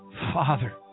Father